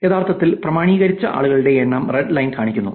യഥാർത്ഥത്തിൽ പ്രാമാണീകരിച്ച ആളുകളുടെ എണ്ണം റെഡ് ലൈൻ കാണിക്കുന്നു